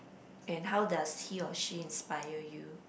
and how does he or she inspire you